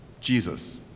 Jesus